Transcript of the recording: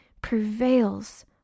prevails